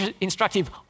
instructive